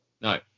No